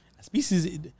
species